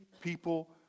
people